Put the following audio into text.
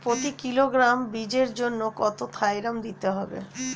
প্রতি কিলোগ্রাম বীজের জন্য কত থাইরাম দিতে হবে?